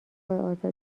آزادی